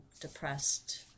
depressed